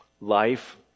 Life